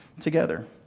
together